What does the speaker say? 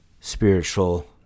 spiritual